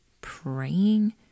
praying